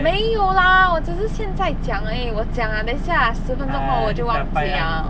没有啦我只是现在讲而已我讲 liao 等一下十分钟后我就忘记 liao